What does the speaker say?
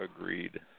agreed